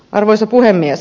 arvoisa puhemies